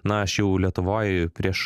na aš jau lietuvoj prieš